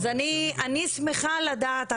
אני מנהל את הדיון.